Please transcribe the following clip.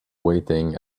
waiting